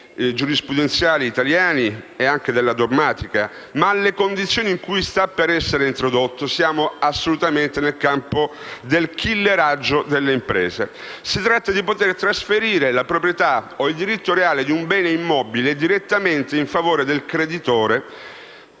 giurisprudenziali italiani e anche dalla dogmatica, ma che, per le condizioni in cui sta per essere introdotto, ci porta assolutamente nel campo del killeraggio delle imprese. Si tratta di poter trasferire la proprietà o il diritto reale di un bene immobile direttamente in favore del creditore